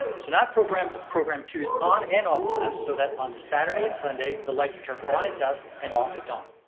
so now i've programmed program two's on and off times so that on saturday and sunday the lights turn on at dusk and off at dawn.